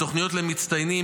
בתוכניות למצטיינים,